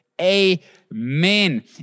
Amen